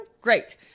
Great